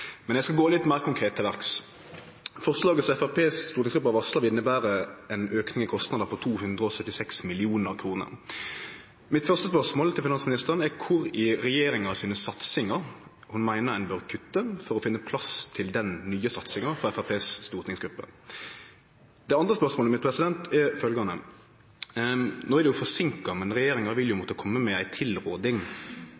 Men eg skal gå litt meir konkret til verks. Forslaget som stortingsgruppa til Framstegspartiet har varsla, inneber ein auke i kostnadene på 276 mill. kr. Mitt første spørsmål til finansministeren er kvar i satsingane til regjeringa ein meiner ein bør kutte for å finne plass til den nye satsinga frå stortingsgruppa til Framstegspartiet. Det andre spørsmålet mitt er: No er det forseinka, men regjeringa vil